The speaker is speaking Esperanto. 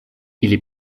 ili